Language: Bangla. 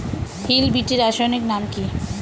হিল বিটি রাসায়নিক নাম কি?